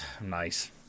nice